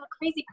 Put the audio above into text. crazy